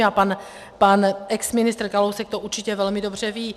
A pan exministr Kalousek to určitě velmi dobře ví.